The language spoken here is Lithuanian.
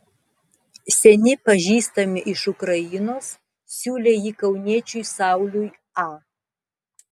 seni pažįstami iš ukrainos siūlė jį kauniečiui sauliui a